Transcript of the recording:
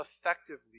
effectively